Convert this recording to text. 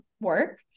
work